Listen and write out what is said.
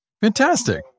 Fantastic